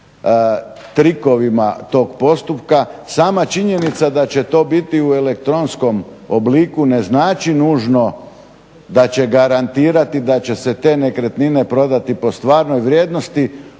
trikovima tog postupka sama činjenica da će to biti u elektronskom obliku ne znači nužno da će garantirati, da će se te nekretnine prodati po stvarnoj vrijednosti